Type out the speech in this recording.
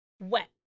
Wet